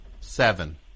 Seven